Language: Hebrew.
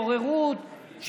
בוררות,